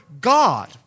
God